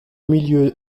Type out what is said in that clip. milieu